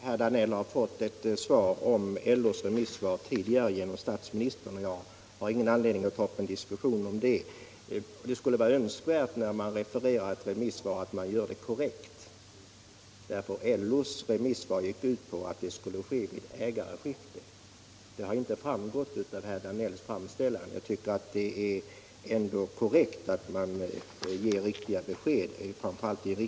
Herr talman! Herr Danell har genom statsministern fått ett svar vad avser LO:s remissyttrande. Jag har ingen anledning att ta upp en diskussion om det nu. När man refererar ett remissvar bör man göra det korrekt. LO utgick i sitt remissvar från att markövertagandet skulle ske vid ägarskifte, men det har inte framgått av herr Danells inlägg.